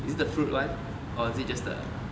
is it the fruit [one] or is it just the